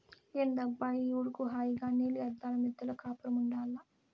ఏందబ్బా ఈ ఉడుకు హాయిగా నీలి అద్దాల మిద్దెలో కాపురముండాల్ల